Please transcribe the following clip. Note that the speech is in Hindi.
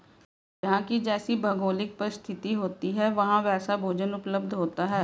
जहां की जैसी भौगोलिक परिस्थिति होती है वहां वैसा भोजन उपलब्ध होता है